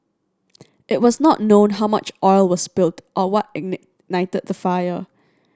it was not known how much oil was spilled or what the fire